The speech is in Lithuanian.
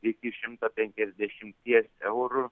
iki šimto penkiasdešimties eurų